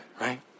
right